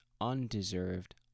undeserved